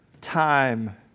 time